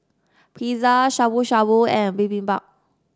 Pizza Shabu Shabu and Bibimbap